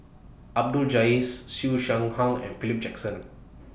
Ahmad Jais Siew Shaw Hang and Philip Jackson